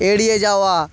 এড়িয়ে যাওয়া